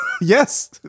Yes